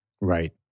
right